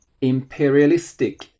imperialistic